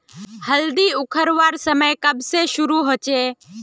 हल्दी उखरवार समय कब से शुरू होचए?